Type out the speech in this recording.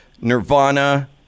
Nirvana